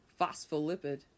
phospholipid